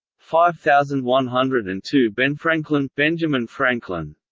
five thousand one hundred and two benfranklin benfranklin